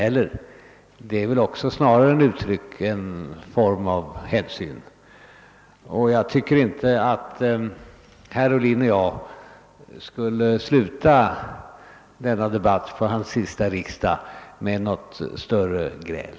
Snarare är det fråga om ett uttryck för hänsyn: jag tycker inte att herr Ohlin och jag bör sluta denna debatt vid hans sista riksdag med något större gräl.